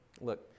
Look